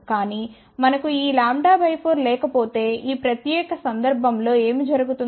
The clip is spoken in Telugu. కాని మనకు ఈ λ 4 లేకపోతే ఆ ప్రత్యేక సందర్భం లో ఏమి జరుగుతుంది